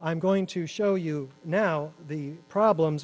i'm going to show you now the problems